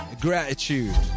gratitude